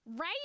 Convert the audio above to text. Right